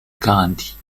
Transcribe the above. carinthie